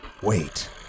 Wait